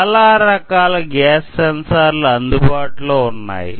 చాలా రకాల గ్యాస్ సెన్సార్లు అందుబాటులో ఉన్నాయి